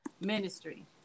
ministry